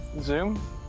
Zoom